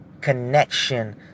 connection